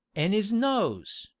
an' is nose,